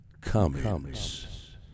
comments